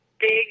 big